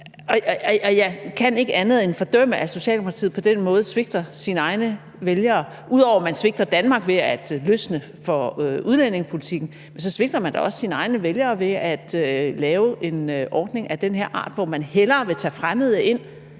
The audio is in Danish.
Jeg kan ikke andet end at fordømme, at Socialdemokratiet på den måde svigter sine egne vælgere. Ud over at man svigter Danmark ved at løsne for udlændingepolitikken, svigter man da også sine egne vælgere ved at lave en ordning af den her art, hvor man hellere vil tage fremmede ind,